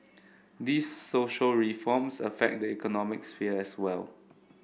these social reforms affect the economic sphere as well